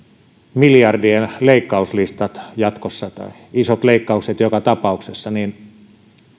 miljardien leikkauslistat jatkossa isot leikkaukset joka tapauksessa niin